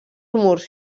murs